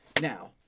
Now